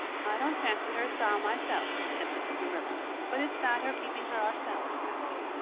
i don't fancy her style myself, admitted marilla, but it's that or keeping her ourselves, matthew.